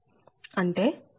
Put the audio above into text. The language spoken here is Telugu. అంటే Δ6047